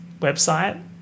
website